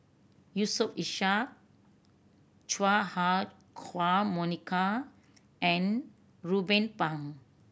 Yusof Ishak Chua Ah Huwa Monica and Ruben Pang